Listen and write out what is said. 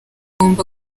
tugomba